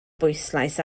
bwyslais